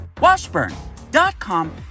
Washburn.com